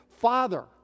father